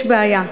יש בעיה.